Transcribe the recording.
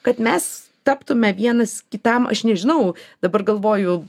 kad mes taptume vienas kitam aš nežinau dabar galvoju